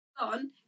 on